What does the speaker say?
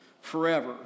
Forever